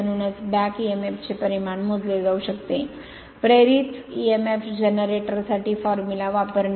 म्हणूनच back emf ची परिमाण मोजले जाऊ शकते प्रेरित Emf जनरेटर साठी फॉर्म्युला वापरणे